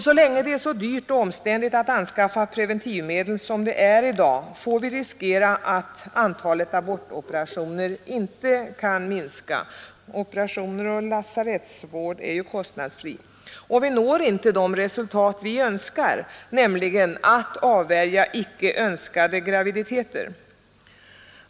Så länge det är så dyrt och omständligt att anskaffa preventivmedel som det är i dag, får vi riskera att antalet abortoperationer inte kan minska — operationer och lasarettsvård är ju avgiftsfria — och vi når inte de resultat vi vill, nämligen att avvärja icke önskade graviditeter.